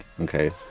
Okay